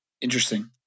Interesting